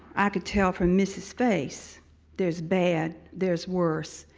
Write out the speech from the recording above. i could tell from missus face there's bad, there's worse,